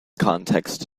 context